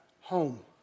home